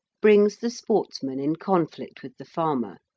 brings the sportsman in conflict with the farmer,